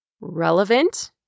relevant